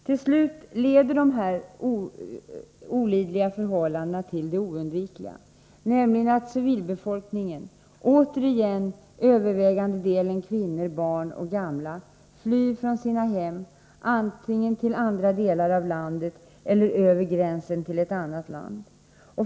Till slut leder dessa olidliga förhållanden till det oundvikliga att civilbefolkningen — återigen till övervägande del kvinnor, barn och gamla — flyr från sina hem, antingen till andra delar av landet eller också över gränsen till ett annat land.